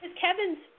Kevin's